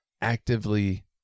actively